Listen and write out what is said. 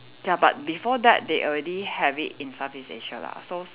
ya but before that they already have it in Southeast Asia lah so